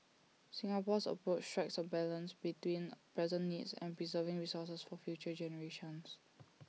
Singapore's approach strikes A balance between present needs and preserving resources for future generations